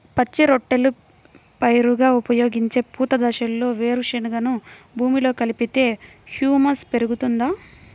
పచ్చి రొట్టెల పైరుగా ఉపయోగించే పూత దశలో వేరుశెనగను భూమిలో కలిపితే హ్యూమస్ పెరుగుతుందా?